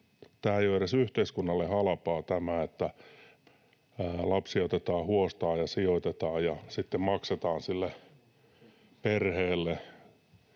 Tämä ei ole edes yhteiskunnalle halpaa, että lapsia otetaan huostaan ja sijoitetaan ja sitten maksetaan sille perheelle,